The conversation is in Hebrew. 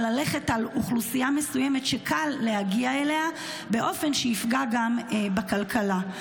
אלא ללכת על אוכלוסייה מסוימת שקל להגיע אליה באופן שיפגע גם בכלכלה.